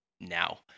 now